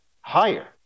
higher